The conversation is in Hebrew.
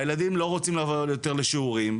והילדים לא רוצים לבוא יותר לשיעורים.